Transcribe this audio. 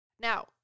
Now